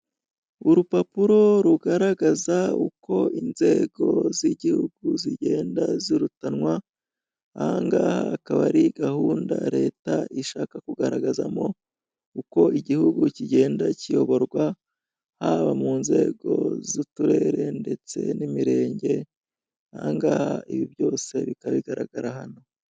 Urupapuro rugaragaza uko inzego z'Igihugu zigenda zirutanwa, aha ngaga akaba ari gahunda Leta ishaka kugaragazamo uko Igihugu kigenda kiyoborwa haba mu nzego z'uturere ndetse n'imirenge, aha ngaha ibi byose bikaba bigaragara hano.